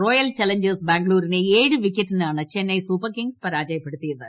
royal challengers ബാംഗ്ലൂരിനെ ഏഴ് വിക്കറ്റുകൾക്കാണ് ചെന്നൈ സൂപ്പർ കിങ്ട്സ് പരാജയപ്പെടുത്തിയ ത്